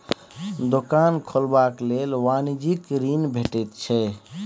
दोकान खोलबाक लेल वाणिज्यिक ऋण भेटैत छै